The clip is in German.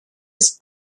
ist